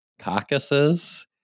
caucuses